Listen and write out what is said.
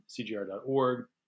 cgr.org